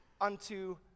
unto